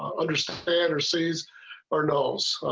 um understand or sees or knows.